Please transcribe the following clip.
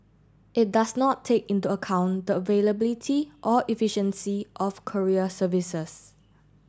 it does not take into account the availability or efficiency of courier services